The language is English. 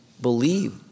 believe